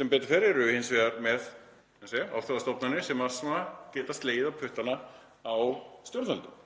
Sem betur fer erum við hins vegar, eins og ég sagði, með alþjóðastofnanir sem geta slegið á puttana á stjórnvöldum.